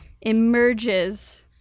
emerges